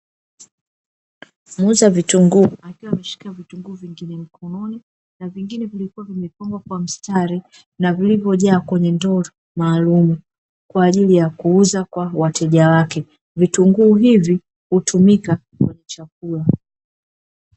Muuza vitunguu akiwa ameshika vitunguu vingine mkononi na vingine vilikuwa vimepangwa kwa mstari na vilivyojaa kwenye ndoo maalumu kwa ajili ya kuuza kwa wateja wake, vitunguu hivi hutumika kwa chakula.